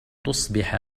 تصبح